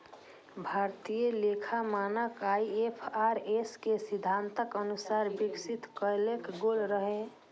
भारतीय लेखा मानक आई.एफ.आर.एस के सिद्धांतक अनुसार विकसित कैल गेल रहै